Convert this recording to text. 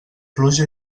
pluja